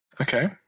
Okay